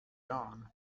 dawn